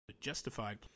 justified